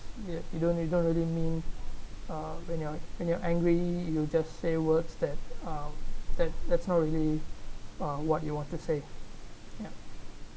y~ you don't you don't really mean uh when you're when you're angry you will just say words that uh that that's not really what you want to say ya